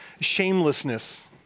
shamelessness